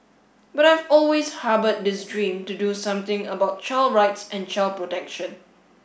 but I've always harboured this dream to do something about child rights and child protection